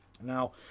Now